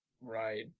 Right